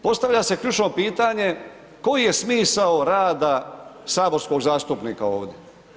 Postavlja se ključno pitanje koji je smisao rada saborskog zastupnika ovdje?